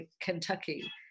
Kentucky